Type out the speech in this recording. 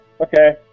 Okay